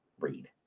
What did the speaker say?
read